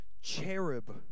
cherub